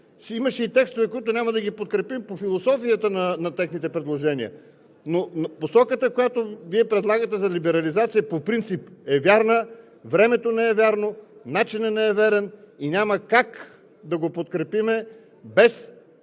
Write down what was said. имаше и текстове, които няма да ги подкрепим по философията на техните предложения. Посоката, която предлагате за либерализация, по принцип е вярна. Времето не е вярно, начинът не е верен и няма как да го подкрепим без,